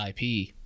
ip